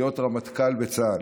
להיות רמטכ"ל בצה"ל,